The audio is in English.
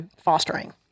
fostering